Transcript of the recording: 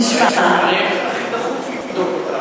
הרי אותם הכי דחוף לבדוק,